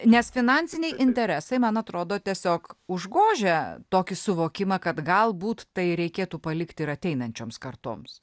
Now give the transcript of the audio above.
nes finansiniai interesai man atrodo tiesiog užgožia tokį suvokimą kad galbūt tai reikėtų palikti ir ateinančioms kartoms